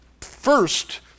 first